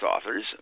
authors